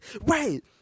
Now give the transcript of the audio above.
right